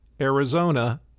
Arizona